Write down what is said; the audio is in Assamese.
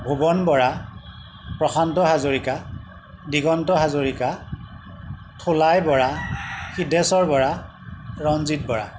ভুৱন বৰা প্ৰশান্ত হাজৰিকা দিগন্ত হাজৰিকা থোলাই বৰা হৃদেশ্বৰ বৰা ৰঞ্জিত বৰা